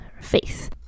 faith